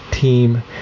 Team